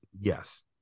Yes